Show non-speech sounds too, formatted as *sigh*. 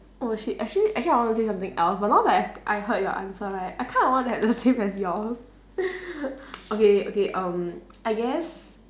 oh shit actually actually I want to say something out but now that I've I heard you answer right I kind of want that the same as yours *laughs* okay okay um I guess